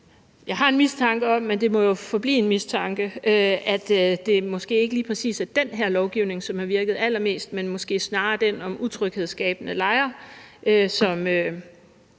Jeg har en mistanke om – men det må jo forblive en mistanke – at det måske ikke lige præcis er den her lovgivning, som har virket allermest, men måske snarere den om utryghedsskabende lejre, som